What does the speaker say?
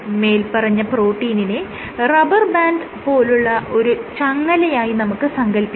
മേല്പറഞ്ഞ പ്രോട്ടീനിനെ rubber band പോലുള്ള ഒരു ചങ്ങലയായി നമുക്ക് സങ്കൽപ്പിക്കാം